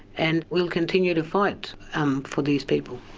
and we'll continue to fight um for these people.